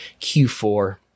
Q4